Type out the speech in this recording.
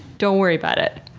don't worry about it?